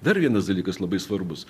dar vienas dalykas labai svarbus